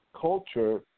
culture